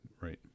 Right